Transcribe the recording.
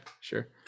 sure